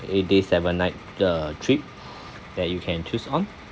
eight days seven night uh trip that you can choose on